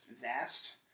vast